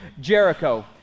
Jericho